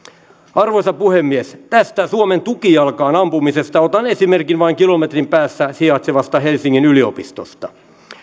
arvoisa puhemies tästä suomen tukijalkaan ampumisesta otan esimerkin vain kilometrin päässä sijaitsevasta helsingin yliopistosta